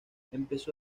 empezó